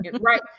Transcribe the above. right